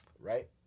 Right